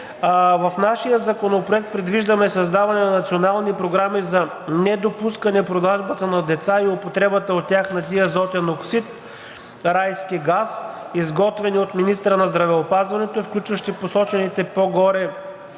В нашия законопроект предвиждаме създаване на национални програми за недопускане продажбата на деца и употребата от тях на диазотен оксид – райски газ, изготвени от министъра на здравеопазването, включващи посочените по-горе